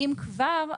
אם כבר,